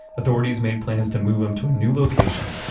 authorities made plans to move him to a new location,